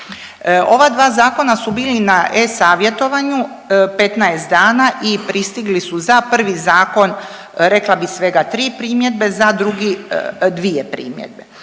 Ova dva zakona su bili na e-savjetovanju 15 dana i pristigli su za prvi zakon rekla bi svega tri primjedbe, za drugi dvije primjedbe.